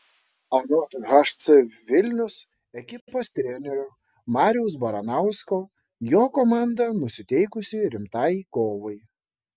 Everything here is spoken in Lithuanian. anot hc vilnius ekipos trenerio mariaus baranausko jo komanda nusiteikusi rimtai kovai